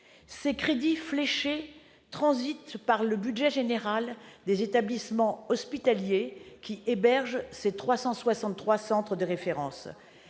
Ces crédits fléchés transitent par les budgets généraux des établissements hospitaliers qui hébergent ces 363 centres de référence.